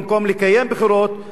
במקום לקיים בחירות,